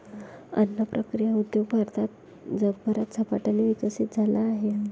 अन्न प्रक्रिया उद्योग भारतात आणि जगभरात झपाट्याने विकसित झाला आहे